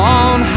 on